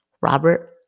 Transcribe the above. Robert